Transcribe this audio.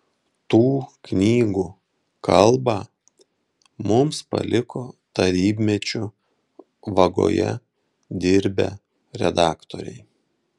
tų knygų kalbą mums paliko tarybmečiu vagoje dirbę redaktoriai